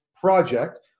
project